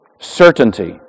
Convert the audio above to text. certainty